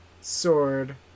sword